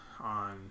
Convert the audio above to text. on